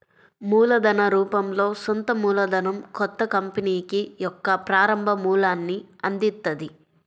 మూలధన రూపంలో సొంత మూలధనం కొత్త కంపెనీకి యొక్క ప్రారంభ మూలాన్ని అందిత్తది